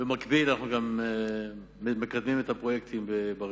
ובמקביל אנחנו גם מקדמים את הפרויקטים בברקת.